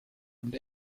und